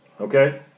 Okay